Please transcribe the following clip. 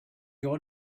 your